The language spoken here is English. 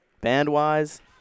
Band-wise